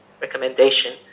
recommendation